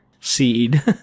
seed